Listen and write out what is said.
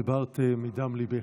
דיברת מדם ליבך.